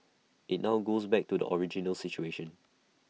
IT now goes back to the original situation